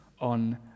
on